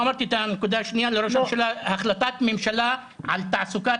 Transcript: לראש הממשלה החלטת הממשלה על תעסוקת